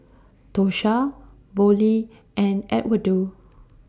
Tosha Vollie and Edwardo